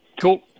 Cool